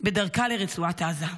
בדרכה לרצועת עזה.